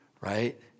right